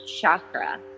chakra